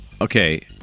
Okay